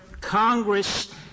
Congress